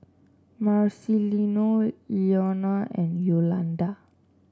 Marcelino Ilona and Yolanda